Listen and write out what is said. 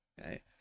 okay